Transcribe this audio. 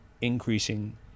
increasing